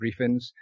briefings